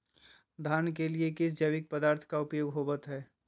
धान के लिए किस जैविक पदार्थ का उपयोग होवत है?